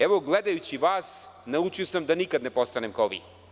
Evo, gledajući vas naučio sam da nikada ne postanem kao vi.